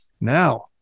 Now